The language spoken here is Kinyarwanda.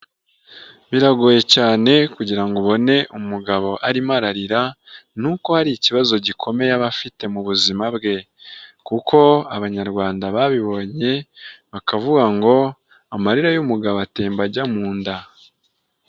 Biragoye cyane kugira ngo ubone umugabo arimo ararira, ni uko hari ikibazo gikomeye aba afite mu buzima bwe, kuko Abanyarwanda babibonye bakavuga ngo "amarira y'umugabo atemba ajya mu nda."